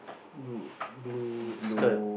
blue blue skirt